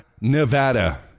Nevada